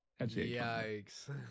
Yikes